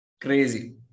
Crazy